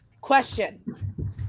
Question